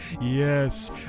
Yes